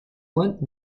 flint